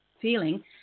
feeling